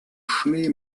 schnee